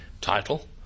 title